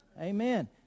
Amen